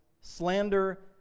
slander